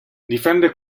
difende